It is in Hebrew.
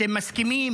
אתם מסכימים,